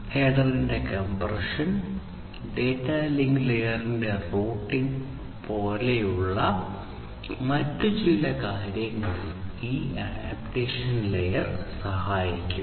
ഹെഡറിന്റെ compression data link ലെയറിന്റെ routing പോലുള്ള മറ്റ് ചില കാര്യങ്ങളിൽ ഈ അഡാപ്റ്റേഷൻ ലെയർ സഹായിക്കും